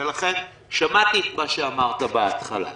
שמעתי את מה שאמרת בהתחלה,